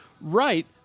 Right